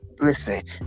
listen